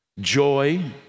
joy